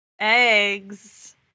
eggs